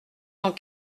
dans